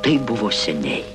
tai buvo seniai